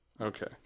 Okay